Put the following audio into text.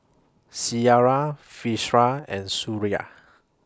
Syirah Firash and Suria